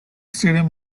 stadium